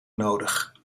nodig